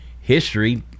history